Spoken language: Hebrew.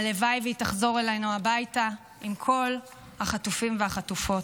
הלוואי שהיא תחזור אלינו הביתה עם כל החטופים והחטופות.